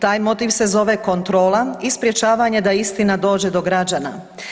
Taj motiv se zove kontrola i sprječavanje da istina dođe do građana.